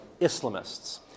Islamists